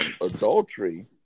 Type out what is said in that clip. adultery